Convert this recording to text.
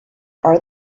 are